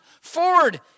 forward